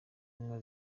nka